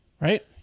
Right